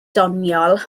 doniol